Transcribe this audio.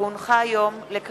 כי הונחה היום על שולחן הכנסת,